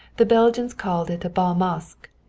the belgians called it a bal masque,